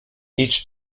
each